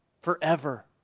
forever